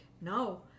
no